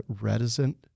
reticent